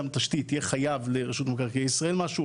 התשתית יהיה חייב לרשות מקרקעי ישראל משהו,